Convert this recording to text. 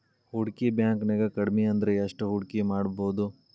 ಹೂಡ್ಕಿ ಬ್ಯಾಂಕ್ನ್ಯಾಗ್ ಕಡ್ಮಿಅಂದ್ರ ಎಷ್ಟ್ ಹೂಡ್ಕಿಮಾಡ್ಬೊದು?